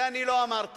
זה אני לא אמרתי.